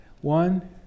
One